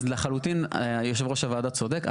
לחלוטין יושב ראש הוועדה צודק,